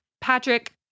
Patrick